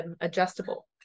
adjustable